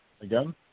again